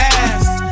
ass